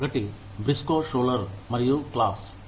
ఒకటి Briscoe Schuler మరియు Claus Briscoe Schuler and Claus